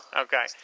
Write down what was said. Okay